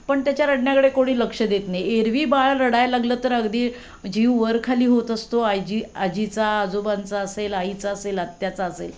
पण त्याच्या रडण्याकडे कोणी लक्ष देत नाही एरव्ही बाळ रडाय लागलं तर अगदी जीव वर खाली होत असतो आजी आजीचा आजोबांचा असेल आईचा असेल आत्याचा असेल